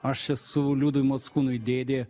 aš esu liudui mockūnui dėdė